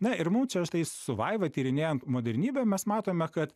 na ir mum čia štai su vaiva tyrinėjant modernybę mes matome kad